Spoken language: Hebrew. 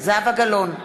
זהבה גלאון,